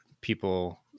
people